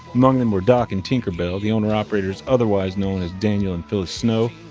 among them were doc and tinkerbell, the owner-operators otherwise known as daniel and phyllis snow,